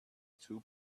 two